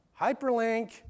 hyperlink